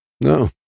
No